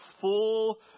full